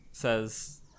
Says